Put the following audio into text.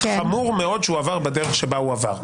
חמור מאוד שהוא עבר בדרך שבה הוא עבר.